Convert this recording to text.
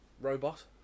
robot